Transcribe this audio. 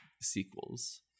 sequels